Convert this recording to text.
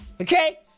Okay